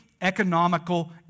economical